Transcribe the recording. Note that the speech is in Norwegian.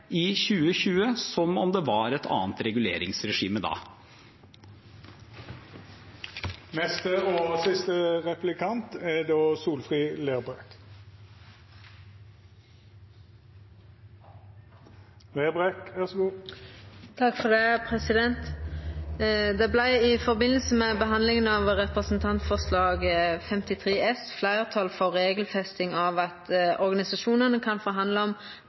i 2020 som om det var et annet reguleringsregime da. Det vart i samband med behandlinga av Representantforslag 53 S fleirtal for regelfesting av at organisasjonane kan forhandla om